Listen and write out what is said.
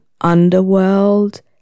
underworld